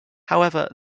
however